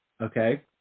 Okay